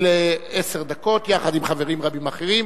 לעשר דקות, יחד עם חברים רבים אחרים.